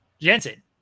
Jensen